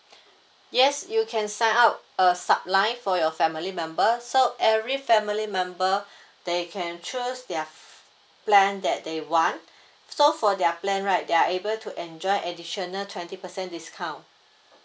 yes you can sign up a sub line for your family member so every family member they can choose their plan that they want so for their plan right they are able to enjoy additional twenty percent discount